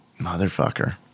Motherfucker